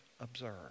Observe